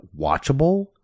watchable